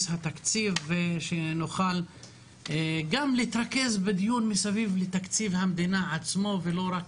התקציב ונוכל גם להתרכז בדיון מסביב לתקציב המדינה עצמו ולא רק